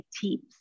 teams